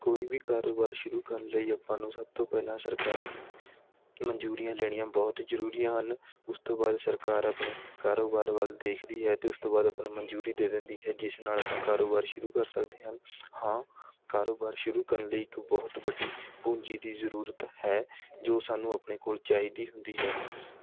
ਕੋਈ ਵੀ ਕਾਰੋਬਾਰ ਸ਼ੁਰੂ ਕਰਨ ਲਈ ਆਪਾਂ ਨੂੰ ਸਭ ਤੋਂ ਪਹਿਲਾਂ ਸਰਕਾਰੀ ਮਨਜੂਰੀਆਂ ਲੈਣੀਆਂ ਬਹੁਤ ਜਰੂਰੀਆਂ ਹਨ ਉਸ ਤੋਂ ਬਾਅਦ ਸਰਕਾਰ ਆਪਣੇ ਕਾਰੋਬਾਰ ਵੱਲ ਦੇਖਦੀ ਹੈ ਅਤੇ ਉਸ ਤੋਂ ਬਾਅਦ ਆਪਾਂ ਨੂੰ ਮਨਜ਼ੂਰੀ ਦੇ ਦਿੰਦੀ ਹੈ ਜਿਸ ਨਾਲ ਆਪਾਂ ਕਾਰੋਬਾਰ ਸ਼ੁਰੂ ਕਰ ਸਕਦੇ ਹਨ ਹਾਂ ਕਾਰੋਬਾਰ ਸ਼ੁਰੂ ਕਰਨ ਲਈ ਇੱਕ ਬਹੁਤ ਵੱਡੀ ਪੂੰਜੀ ਦੀ ਜ਼ਰੂਰਤ ਹੈ ਜੋ ਸਾਨੂੰ ਆਪਣੇ ਕੋਲ਼ ਚਾਹੀਦੀ ਹੁੰਦੀ ਹੈ